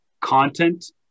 content